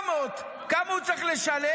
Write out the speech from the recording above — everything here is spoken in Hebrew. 900,000. כמה הוא צריך לשלם?